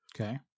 Okay